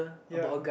ya